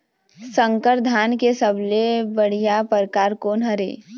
संकर धान के सबले बढ़िया परकार कोन हर ये?